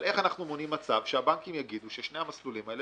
אבל איך אנחנו מונעים מצב שהבנקים יגידו ששני המסלולים האלה